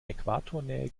äquatornähe